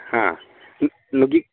ಹಾಂ ನುಗ್ಗಿ